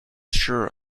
sure